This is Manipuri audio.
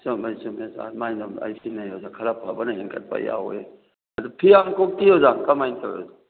ꯆꯨꯝꯃꯦ ꯆꯨꯝꯃꯦ ꯑꯣꯖꯥ ꯑꯣꯖꯥ ꯈꯔ ꯐꯕꯅ ꯍꯦꯟꯀꯠꯄ ꯌꯥꯎꯏ ꯑꯗꯨ ꯐꯤꯌꯥꯟꯀꯣꯛꯇꯤ ꯑꯣꯖꯥ ꯀꯔꯃꯥꯏꯅ ꯇꯧꯏ ꯑꯣꯖꯥ